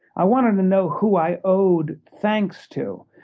i wanted to know who i owed thanks to,